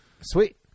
sweet